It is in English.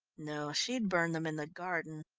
no, she'd burn them in the garden.